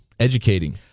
Educating